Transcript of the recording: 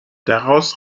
daraus